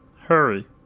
Hurry